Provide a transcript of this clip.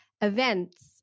events